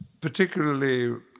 particularly